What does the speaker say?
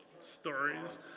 stories